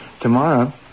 Tomorrow